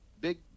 big